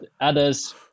others